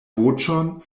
voĉon